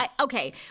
okay